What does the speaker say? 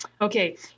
Okay